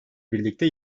birlikte